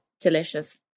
Delicious